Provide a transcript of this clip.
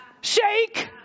shake